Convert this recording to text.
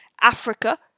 Africa